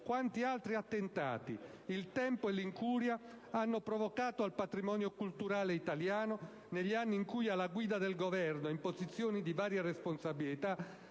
quanti altri attentati il tempo e l'incuria abbiano provocato al patrimonio culturale italiano negli anni in cui alla guida del Governo e in posizioni di varia responsabilità